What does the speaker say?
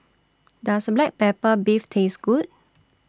Does Black Pepper Beef Taste Good